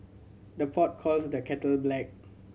the pot calls the kettle black